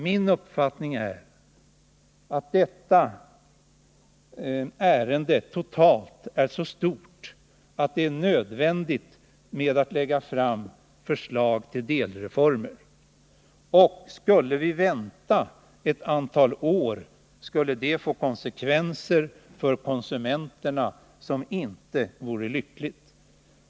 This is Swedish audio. Min uppfattning är att detta ärende totalt är så stort, att det är nödvändigt att lägga fram förslag till delreformer. Skulle vi vänta ett antal år, skulle det få konsekvenser för konsumenterna som inte vore lyckliga.